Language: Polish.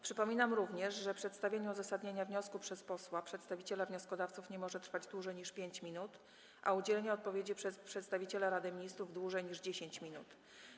Przypominam również, że przedstawienie uzasadnienia wniosku przez posła przedstawiciela wnioskodawców nie może trwać dłużej niż 5 minut, a udzielenie odpowiedzi przez przedstawiciela Rady Ministrów - dłużej niż 10 minut.